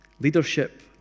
leadership